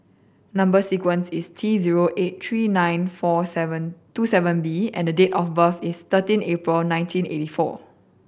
number sequence is T zero eight three nine four seven two seven B and date of birth is thirteen April nineteen eighty four